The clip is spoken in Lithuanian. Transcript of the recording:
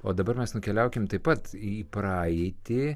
o dabar mes nukeliaukim taip pat į praeitį